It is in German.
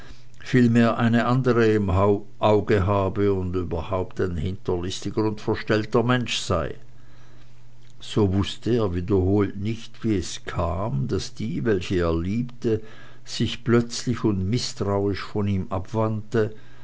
vielmehr eine andere im auge habe und überhaupt ein hinterlistiger und verstellter mensch sei so wußte er wiederholt nicht wie es kam daß die welche er liebte sich plötzlich und mißtrauisch von ihm abwandte